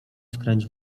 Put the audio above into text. skręć